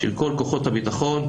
של כל כוחות הביטחון,